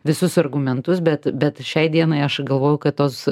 visus argumentus bet bet šiai dienai aš galvoju kad tos